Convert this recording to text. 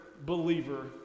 believer